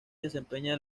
desempeña